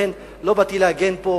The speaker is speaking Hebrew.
לכן לא באתי להגן פה,